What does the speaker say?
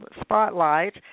Spotlight